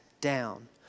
down